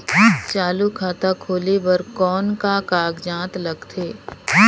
चालू खाता खोले बर कौन का कागजात लगथे?